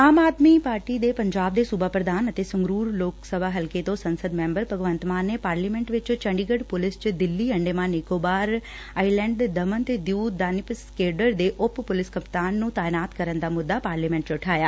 ਆਮ Aadmi party ਦੇ ਪੰਜਾਬ ਦੇ ਸੁਬਾ ਪ੍ਰਧਾਨ ਅਤੇ ਸੰਗਰੁਰ ਲੋਕ ਸਭਾ ਹਲਕੇ ਦੇ ਸੰਸਦ ਮੈਂਬਰ ਭਗਵੰਤ ਮਾਨ ਨੇ ਪਾਰਲੀਮੈਂਟ ਵਿਚ ਚੰਡੀਗੜ੍ਹ ਪੁਲਿਸ ਚ ਦਿੱਲੀ ਅੰਡੇਮਾਨ ਨਿਕੋਬਾਰ ਆਈਲੈਂਡ ਦਮਨ ਤੇ ਦਿਓ ਦਾਨਿਪਸ ਕੇਡਰ ਦੇ ਉਪ ਪੁਲਿਸ ਕਪਤਾਨ ਨੂੰ ਤਾਇਨਾਤ ਕਰਨ ਦਾ ਮੁੱਦਾ ਪਾਰਲੀਮੈਂਟ ਚ ਉਠਾਇਐ